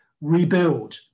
rebuild